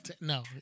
No